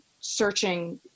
searching